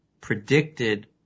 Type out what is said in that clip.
predicted